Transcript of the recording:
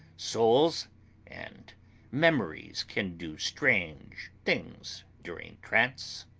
souls and memories can do strange things during trance.